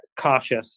cautious